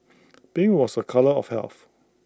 pink was A colour of health